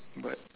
but